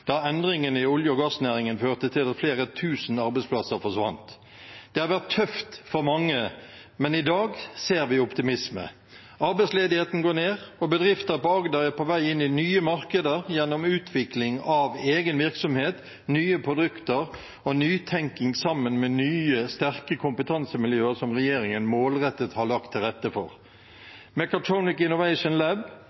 da endringene i olje- og gassnæringen førte til at flere tusen arbeidsplasser forsvant. Det har vært tøft for mange, men i dag ser vi optimisme. Arbeidsledigheten går ned, og bedrifter på Agder er på vei inn i nye markeder gjennom utvikling av egen virksomhet, nye produkter og nytenking sammen med nye, sterke kompetansemiljøer, som regjeringen målrettet har lagt til rette for.